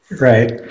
right